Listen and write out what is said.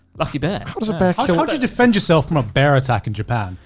lucky bear. how does a bear kill? how do you defend yourself from a bear attack in japan?